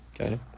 okay